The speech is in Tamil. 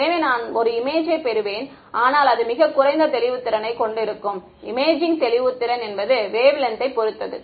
எனவே நான் ஒரு இமேஜைப் பெறுவேன் ஆனால் அது மிகக் குறைந்த தெளிவுத்திறனை கொண்டு இருக்கும் இமேஜிங் தெளிவுத்திறன் என்பது வேவ் லென்த்தை பொறுத்தது